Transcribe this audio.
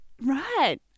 Right